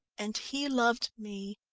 and he loved me.